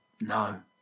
No